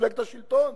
ממפלגת השלטון,